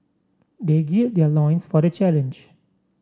they gird their loins for the challenge